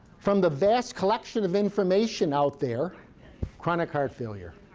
from the vast collection of information out there chronic heart failure.